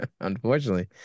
Unfortunately